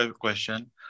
question